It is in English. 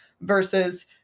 versus